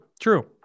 true